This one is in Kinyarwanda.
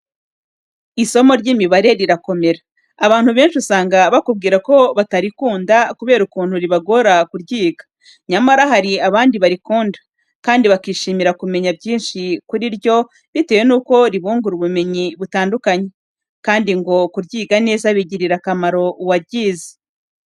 Isomo ry'imibare rirakomera. Abantu benshi usanga bakubwira ko batarikunda kubera ukuntu ribagora kuryiga. Nyamara, hari abandi barikunda, kandi bakishimira kumenya byinshi kuri ryo bitewe nuko ribungura ubumenyi butandukanye, kandi ngo kuryiga neza bigirira akamaro uwaryize.